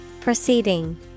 Proceeding